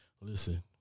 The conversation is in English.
listen